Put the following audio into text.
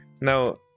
Now